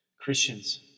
Christians